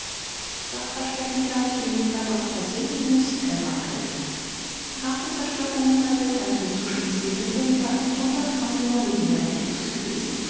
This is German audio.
sachverständiger chemiker dr sintenis elberfeld nach den zerstörungen bei willemsen zu schließen sind weniger als gramm dynamit in der blechbüchse gewesen